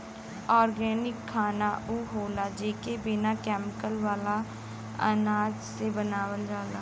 organic खाना उ होला जेके बिना केमिकल वाला अनाज से बनावल जाला